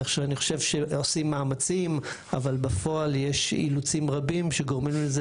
כך שאני חושב שעושים מאמצים אבל בפועל יש אילוצים רבים שגורמים לזה